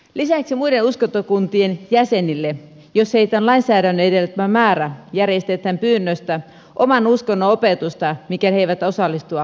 lisäksi muiden uskontokuntien jäsenille jos heitä on lainsäädännön edellyttämä määrä järjestetään pyynnöstä oman uskonnon opetusta mikäli he eivät osallistu edellä mainittuun